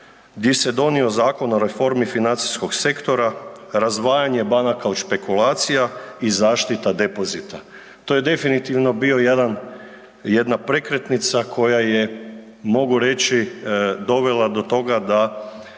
gdje se donio zakon o reformi financijskog sektora, razdvajanja banaka od špekulacija i zaštita depozita. To je definitivno bila jedna prekretnica koja je mogu reći dovela do toga da